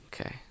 Okay